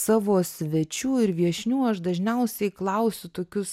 savo svečių ir viešnių aš dažniausiai klausiu tokius